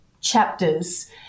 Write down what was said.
chapters